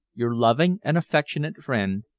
your loving and affectionate friend,